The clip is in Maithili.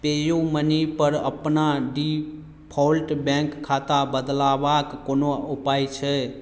पेयूमनी पर अपना डिफ़ॉल्ट बैंक खाता बदलाबाक कोनो उपाय छै